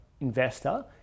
investor